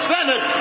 Senate